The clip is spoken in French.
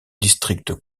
district